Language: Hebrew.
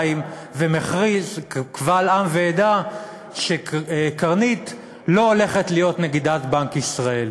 ומכריז קבל עם ועדה שקרנית לא הולכת להיות נגידת בנק ישראל.